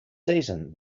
season